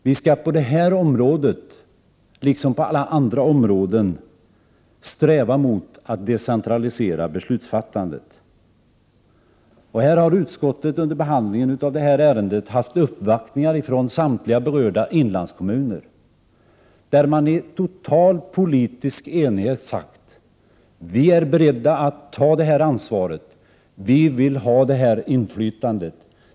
Vi skall på detta område, liksom på alla andra områden, sträva mot att decentralisera beslutsfattandet. Utskottet har under behandlingen av detta ärende blivit uppvaktat av företrädare från samtliga berörda inlandskommuner. I dessa kommuner har man med total politisk enighet sagt att man är beredd att ta detta ansvar. Man vill ha inflytande.